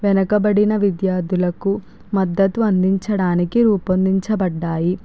వెనకబడిన విద్యార్థులకు మద్దతు అందించడానికి రూపొందించబడ్డాయి